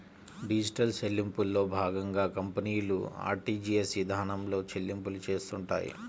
digital చెల్లింపుల్లో భాగంగా కంపెనీలు ఆర్టీజీయస్ ఇదానంలో చెల్లింపులు చేత్తుంటాయి